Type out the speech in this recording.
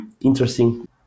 interesting